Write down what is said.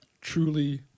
truly